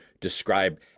describe